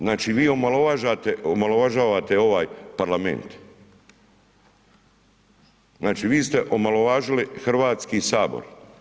Znači vi omalovažavate ovaj Parlament, znači vi ste omalovažili Hrvatski sabor.